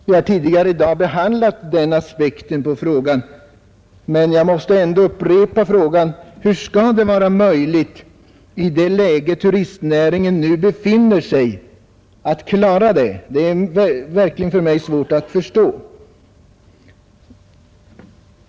Vi har tidigare i dag behandlat den aspekten på frågan, men jag måste ändå upprepa frågan: Hur är detta möjligt i det läge turistnäringen nu befinner sig? Det är verkligen för mig svårt att förstå.